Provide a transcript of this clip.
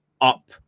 up